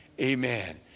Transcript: amen